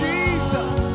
Jesus